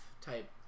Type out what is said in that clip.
type